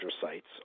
sites